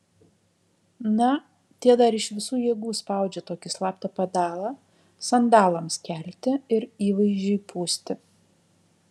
na tie dar iš visų jėgų spaudžia tokį slaptą pedalą sandalams kelti ir įvaizdžiui pūsti